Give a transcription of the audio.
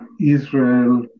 Israel